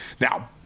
Now